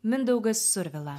mindaugas survila